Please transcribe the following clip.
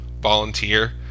volunteer